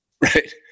Right